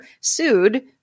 sued